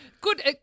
good